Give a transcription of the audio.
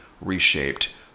reshaped